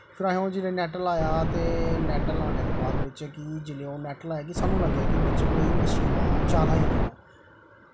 फिर होर जेल्लै असें नैट लाया ते नैट लाने दे बाद बिच्च कि जेल्लै ओह् नैट लाने दे बाद सानूं लग्गेआ कि बिच्च मच्छियां जादा होई गेइयां न